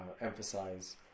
emphasize